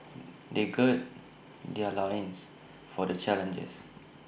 they gird their loins for the challenges